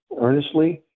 earnestly